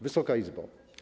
Wysoka Izbo!